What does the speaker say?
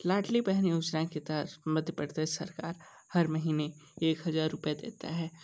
लाड़ली बहन योजना के तहत मध्य प्रदेश सरकार हर महीने एक हज़ार रूपये देती है